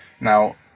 Now